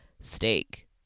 steak